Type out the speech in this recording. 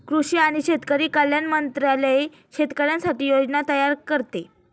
कृषी आणि शेतकरी कल्याण मंत्रालय शेतकऱ्यांसाठी योजना तयार करते